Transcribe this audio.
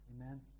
Amen